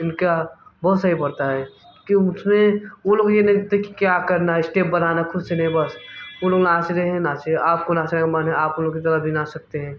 इनका बहुत सही पड़ता है क्यों उसमें वो लोग ये नहीं देखते क्या करना है स्टेप बनाना ख़ुद से नहीं बस वो लोग नाच रहे नाच रहे आपको नाचने का मन है आप उन लोगों की तरह भी नाच सकते हैं